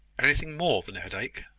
anything more than a headache?